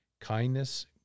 kindness